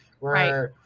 Right